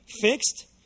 fixed